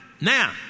Now